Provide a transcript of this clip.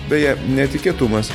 beje netikėtumas